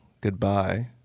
goodbye